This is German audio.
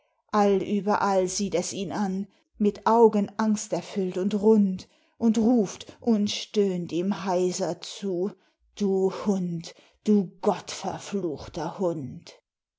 allüberall sieht es ihn an mit augen angsterfüllt und rund und ruft und stöhnt ihm heiser zu du hund du gottverfluchter hund